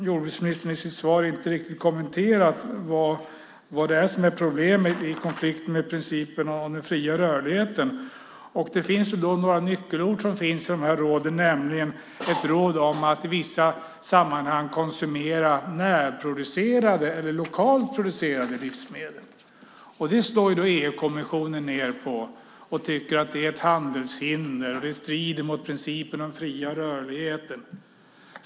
Jordbruksministern har i sitt svar inte riktigt kommenterat vad det är som är problemet och i konflikt med principen om den fria rörligheten. Det finns några nyckelord i de här råden. Det finns nämligen ett råd om att man i vissa sammanhang kan konsumera närproducerade eller lokalt producerade livsmedel. Det slår EU-kommissionen ned på och tycker att det är ett handelshinder och att det strider mot principen om den fria rörligheten.